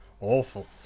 Awful